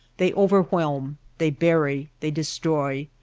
they overwhelm, they bury, they destroy,